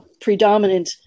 predominant